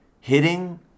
Hitting